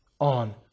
on